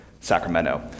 Sacramento